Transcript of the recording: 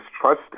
trust